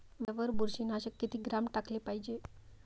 वांग्यावर बुरशी नाशक किती ग्राम टाकाले पायजे?